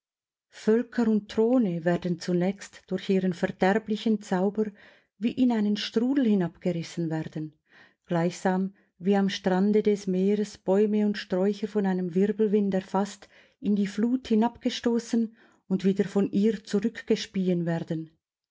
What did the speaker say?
völker und throne werden zunächst durch ihren verderblichen zauber wie in einen strudel hinabgerissen werden gleichsam wie am strande des meeres bäume und sträucher von einem wirbelwind erfaßt in die flut hinabgestoßen und wieder von ihr zurückgespien werden